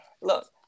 look